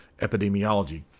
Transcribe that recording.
Epidemiology